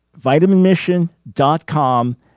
vitaminmission.com